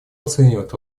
оценивает